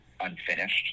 unfinished